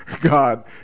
God